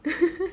I